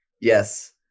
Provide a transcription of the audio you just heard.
Yes